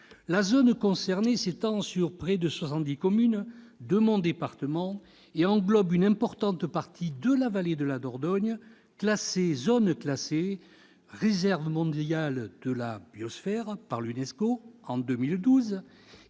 La zone en question s'étend sur près de soixante-dix communes de mon département et englobe une importante partie de la vallée de la Dordogne, zone classée réserve mondiale de biosphère par l'UNESCO en 2012.